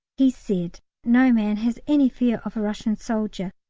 he said no man has any fear of a russian soldier,